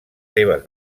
seves